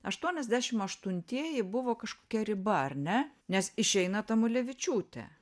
aštuoniasdešim aštuntieji buvo kažkokia riba ar ne nes išeina tamulevičiūtė